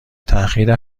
تحقیر